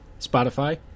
Spotify